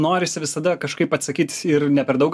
norisi visada kažkaip atsakyt ir ne per daug